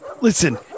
Listen